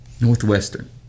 Northwestern